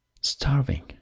starving